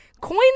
coin